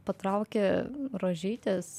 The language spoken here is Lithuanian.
patraukė rožytės